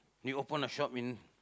he open a shop in